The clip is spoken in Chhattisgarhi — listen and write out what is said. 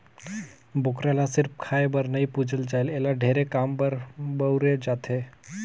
बोकरा ल सिरिफ खाए बर नइ पूजल जाए एला ढेरे काम बर बउरे जाथे